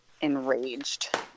enraged